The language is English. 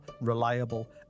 reliable